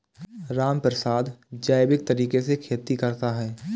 रामप्रसाद जैविक तरीके से खेती करता है